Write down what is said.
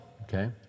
okay